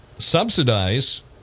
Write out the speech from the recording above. subsidize